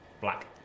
Black